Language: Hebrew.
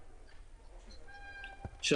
בבקשה.